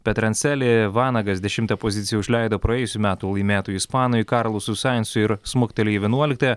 peterancelį vanagas dešimtą poziciją užleido praėjusių metų laimėtojui ispanui karlosui saintsui ir smuktelėjo į vienuoliktąją